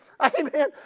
Amen